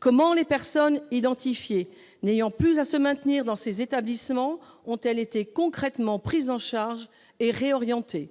Comment les personnes identifiées comme ne devant plus être hébergées dans ces établissements ont-elles été concrètement prises en charge et réorientées ?